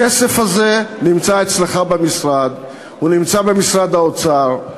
הכסף הזה נמצא אצלך במשרד, הוא נמצא במשרד האוצר,